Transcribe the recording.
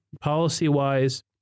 policy-wise